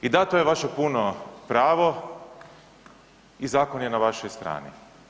I da, to je vaše puno pravo i zakon je na vašoj strani.